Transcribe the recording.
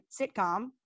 Sitcom